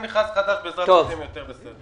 מכרז חדש ובעזרת השם הוא יהיה יותר בסדר.